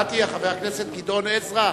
קראתי, חבר הכנסת גדעון עזרא,